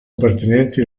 appartenenti